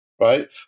right